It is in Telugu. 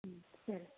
సరి